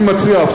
אני, הצעה לסדר.